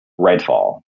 Redfall